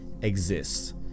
exists